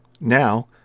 Now